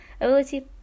ability